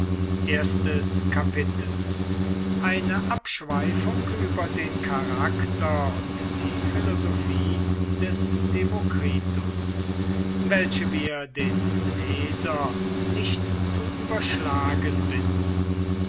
kapitel eine abschweifung über den charakter und die philosophie des demokritus welche wir den leser nicht zu überschlagen bitten